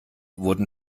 wurden